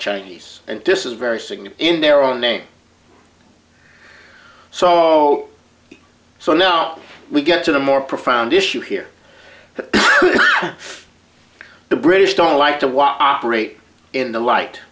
chinese and disses very signet in their own name so so now we get to the more profound issue here that the british don't like to watch operate in the light